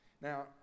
Now